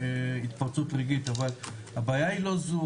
התפרצות רגעית אבל הבעיה היא לא זאת,